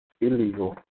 illegal